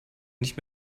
nicht